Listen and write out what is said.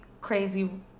crazy